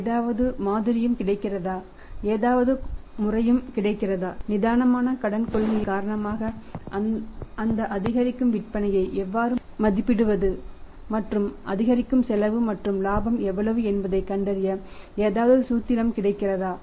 ஏதாவது மாதிரியும் கிடைக்கிறதா ஏதாவது முறையும் கிடைக்கிறதா நிதானமான கொள்கையின் காரணமாக அந்த அதிகரிக்கும் விற்பனையை எவ்வாறு மதிப்பிடுவது மற்றும் அதிகரிக்கும் செலவு மற்றும் இலாபம் எவ்வளவு என்பதைக் கண்டறிய ஏதாவது சூத்திரமும் கிடைக்கிறதா